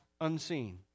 unseen